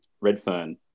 Redfern